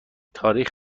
تاریخ